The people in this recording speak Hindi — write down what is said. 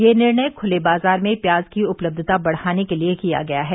ये निर्णय खुले बाजार में प्याज की उपलब्धता बढ़ाने के लिए किया गया है